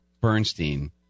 Bernstein